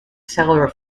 salary